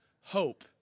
hope